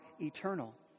eternal